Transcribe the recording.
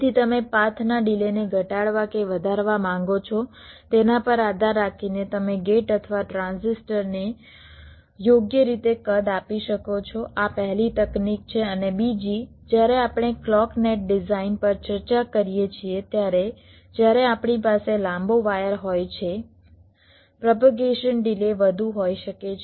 તેથી તમે પાથના ડિલેને ઘટાડવા કે વધારવા માંગો છો તેના પર આધાર રાખીને તમે ગેટ અથવા ટ્રાન્ઝિસ્ટરને યોગ્ય રીતે કદ આપી શકો છો આ પહેલી તકનીક છે અને બીજી જ્યારે આપણે ક્લૉક નેટ ડિઝાઈન પર ચર્ચા કરીએ છીએ ત્યારે જ્યારે આપણી પાસે લાંબો વાયર હોય છે પ્રોપેગેશન ડિલે વધુ હોઈ શકે છે